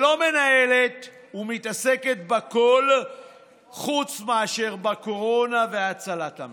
שלא מנהלת ומתעסקת בכול חוץ מאשר בקורונה ובהצלת המשק.